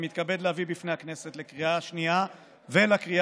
אני מתכבד להביא בפני הכנסת לקריאה השנייה ולקריאה